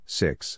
six